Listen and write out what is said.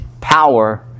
power